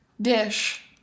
dish